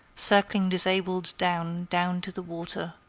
circling disabled down, down to the water.